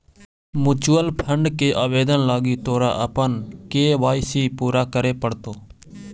mutual fund के आवेदन लागी तोरा अपन के.वाई.सी पूरा करे पड़तो